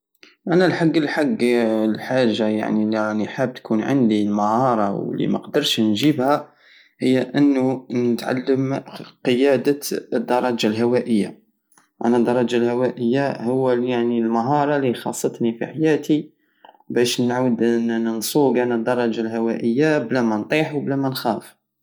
أنا الحق الحق الحاجة يعني الي راني حاب تكون عندي المهارة ومقدرتش نجيبها هي انو نتعلم قيادة الدراجة الهوائية أنا الدراجة الهوائية هو يعني المهارة الي خاصتني في حياتي بش نعاود نصوق أنا الدراجة الهوائية بلا مانطيح وبلا مانخاف